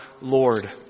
Lord